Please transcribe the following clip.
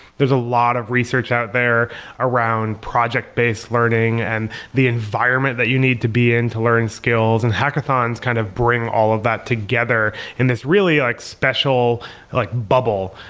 there's a lot of research out there around around project-based learning and the environment that you need to be in to learn skills, and hackathons kind of bring all of that together in this really like special like bubble,